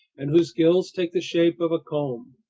and whose gills take the shape of a comb.